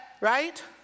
Right